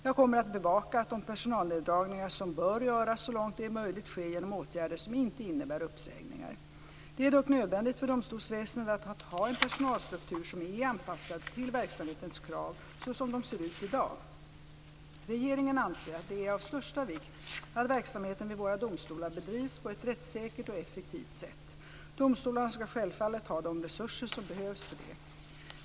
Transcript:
Jag kommer att bevaka att de personalneddragningar som bör göras så långt det är möjligt sker genom åtgärder som inte innebär uppsägningar. Det är dock nödvändigt för domstolsväsendet att ha en personalstruktur som är anpassad till verksamhetens krav så som de ser ut i dag. Regeringen anser att det är av största vikt att verksamheten vid våra domstolar bedrivs på ett rättssäkert och effektivt sätt. Domstolarna ska självfallet ha de resurser som behövs för detta.